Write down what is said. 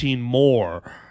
more